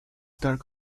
dark